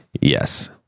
Yes